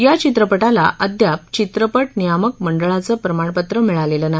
या चित्रपटाला अद्याप चित्रपट नियामक मंडळाचं प्रमाणपत्र मिळालेलं नाही